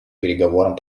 переговорам